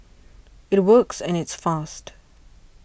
it works and it's fast